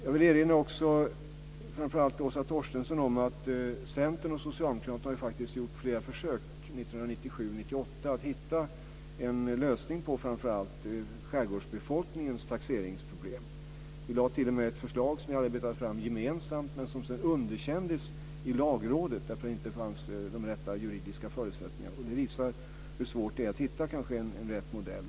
Jag vill också erinra framför allt Åsa Torstensson om att Centern och Socialdemokraterna faktiskt har gjort flera försök under 1997 och 1998 att hitta en lösning på framför allt skärgårdsbefolkningens taxeringsproblem. Vi lade t.o.m. fram ett förslag som vi hade arbetat fram gemensamt, men det underkändes sedan i Lagrådet därför att det inte fanns de rätta juridiska förutsättningarna. Det visar kanske hur svårt det är att hitta rätt modell.